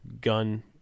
gun